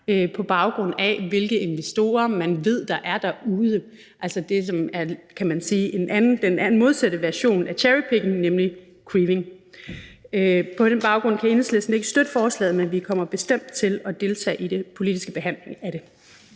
på baggrund af hvilke investorer man ved er derude, altså det, som man kan sige er den modsatte version af cherrypicking, nemlig creaming. På den baggrund kan Enhedslisten ikke støtte forslaget, men vi kommer bestemt til at deltage i den politiske behandling af det.